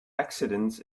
accidents